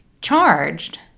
charged